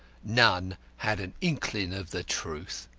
none had an inkling of the truth.